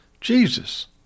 Jesus